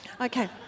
Okay